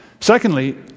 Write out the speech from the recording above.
Secondly